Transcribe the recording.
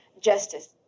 Justice